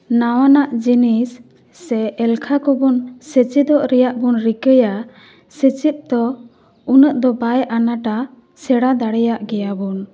ᱱᱟᱣᱟᱱᱟᱜ ᱡᱤᱱᱤᱥ ᱥᱮ ᱮᱞᱠᱷᱟ ᱠᱚᱵᱚᱱ ᱥᱮ ᱪᱮᱫᱚᱜ ᱨᱮᱱᱟᱜ ᱵᱚᱱ ᱨᱤᱠᱟᱹᱭᱟ ᱥᱮᱪᱮᱫ ᱫᱚ ᱩᱱᱟᱹᱜ ᱫᱚ ᱵᱟᱭ ᱟᱱᱟᱴᱟ ᱥᱮᱬᱟ ᱫᱟᱲᱮᱭᱟᱜ ᱜᱮᱭᱟᱵᱚᱱ